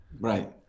Right